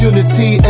Unity